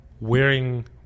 wearing